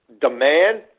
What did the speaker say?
demand